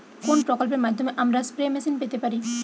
কোন প্রকল্পের মাধ্যমে আমরা স্প্রে মেশিন পেতে পারি?